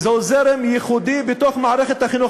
וזהו זרם ייחודי בתוך מערכת החינוך